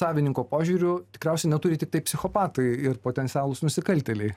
savininko požiūriu tikriausiai neturi tiktai psichopatai ir potencialūs nusikaltėliai